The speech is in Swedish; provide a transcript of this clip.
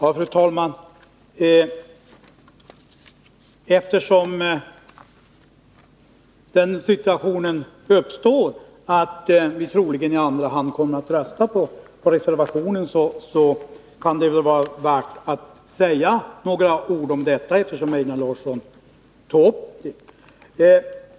Fru talman! Eftersom den situationen troligen uppstår att vi i andra hand kommer att rösta på reservationen, kan det väl vara värt att säga några ord om detta, då Einar Larsson tog upp det.